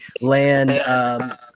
land